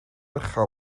uchel